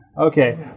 Okay